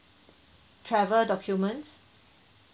travel documents